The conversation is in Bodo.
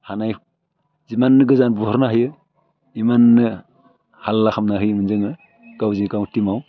हानाय जिमाननो गोजान बुहरनो हायो इमाननो हाल्ला खालामना होयोमोन जोङो गावजों गाव टिमाव